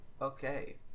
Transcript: Okay